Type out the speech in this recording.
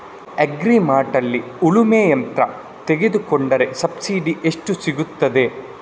Agri ಮಾರ್ಟ್ನಲ್ಲಿ ಉಳ್ಮೆ ಯಂತ್ರ ತೆಕೊಂಡ್ರೆ ಸಬ್ಸಿಡಿ ಎಷ್ಟು ಸಿಕ್ತಾದೆ?